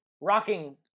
rocking